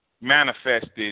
manifested